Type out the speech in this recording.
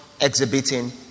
exhibiting